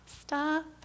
stop